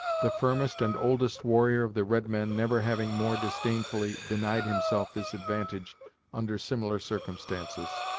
the firmest and oldest warrior of the red-men never having more disdainfully denied himself this advantage under similar circumstances.